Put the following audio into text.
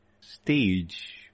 stage